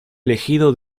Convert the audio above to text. elegido